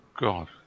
god